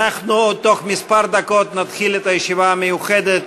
בתוך כמה דקות נתחיל את הישיבה המיוחדת